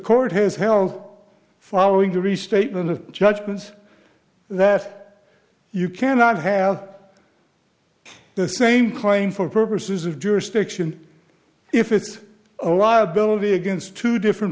court has held following the restatement of judgements that you cannot have the same claim for purposes of jurisdiction if it's a liability against two different